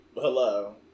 Hello